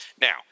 Now